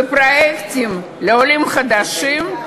ופרויקטים לעולים חדשים,